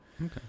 Okay